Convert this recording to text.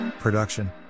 production